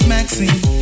Maxine